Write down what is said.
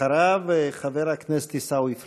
אחריו, חבר הכנסת עיסאווי פריג'.